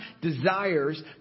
desires